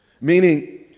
meaning